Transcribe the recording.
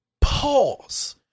pause